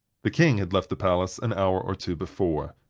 the king had left the palace an hour or two before.